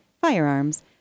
firearms